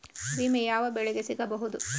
ವಿಮೆ ಯಾವ ಬೆಳೆಗೆ ಸಿಗಬಹುದು?